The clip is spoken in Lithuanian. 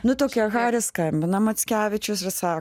nu tokia haris skambino mackevičius ir sako